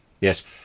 Yes